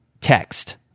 text